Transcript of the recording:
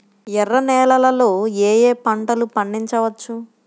ఎర్ర నేలలలో ఏయే పంటలు పండించవచ్చు?